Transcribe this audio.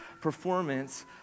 performance